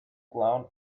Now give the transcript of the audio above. clown